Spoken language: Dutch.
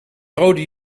rode